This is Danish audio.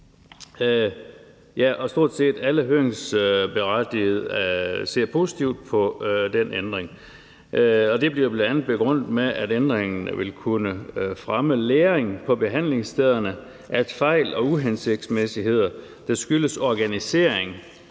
det. Stort set alle høringsberettigede ser positivt på den ændring. Det bliver bl.a. begrundet med, at ændringen vil kunne fremme læring på behandlingsstederne, at fejl og uhensigtsmæssigheder, der skyldes organisering,